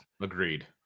Agreed